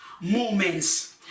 moments